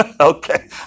Okay